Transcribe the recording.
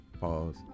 Pause